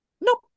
Nope